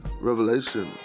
Revelation